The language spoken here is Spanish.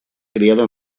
criado